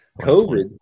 COVID